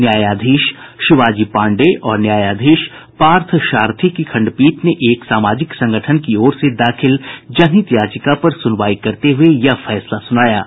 न्यायाधीश शिवाजी पांडेय और न्यायाधीश पार्थसारथी की खंडपीठ ने एक सामाजिक संगठन की ओर से दाखिल जनहित याचिका पर सुनवाई करते हुये यह फैसला सुनाया है